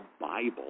Bible